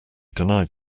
denied